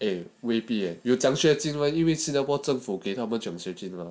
eh 未必 eh 奖学金因为新加坡政府给